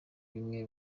bimwe